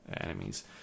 enemies